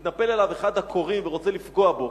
ומתנפל עליו אחד הכורים ורוצה לפגוע בו.